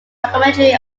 documentary